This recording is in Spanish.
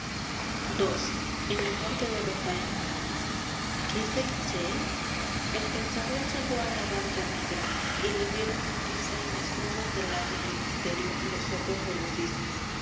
ii en la muerte de rafael núñez right que sais je el pensador llegó a la barca negra y le vieron hundirse en las brumas del lago del misterio los ojos de los cisnes